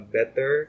better